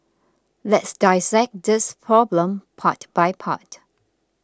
let's dissect this problem part by part